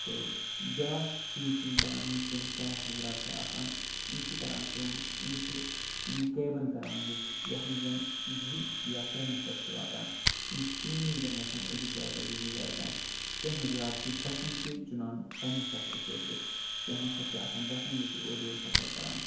تہٕ بیاکھ چیٖز چھِ یِم کران یِم سٲنۍ سیاح حضرات چھِ آسان یِم چھِ کران کٲم یِم چھِ یِم کٮ۪بَن کران بُک یَتھ منٛز زَنہٕ زٕ یا ترٛےٚ نفر چھِ واتان یِم چھِ تِمنٕے منٛز گژھان أکِس جایہِ پٮ۪ٹھ بٮ۪کِس جایہِ تانۍ کیٚنہہ حضرات چھِ بَسَن تہِ چُنان پَنٛنہِ سفرٕ خٲطرٕ کیٚنہہ نفر چھِ آسان بَسَن منٛز تہِ اورٕ یورٕ سفر کران